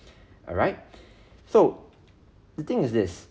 alright so the thing is this